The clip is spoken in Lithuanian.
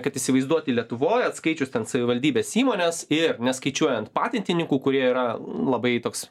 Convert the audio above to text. kad įsivaizduoti lietuvoj atskaičius ten savivaldybės įmones ir neskaičiuojant patentininkų kurie yra labai toks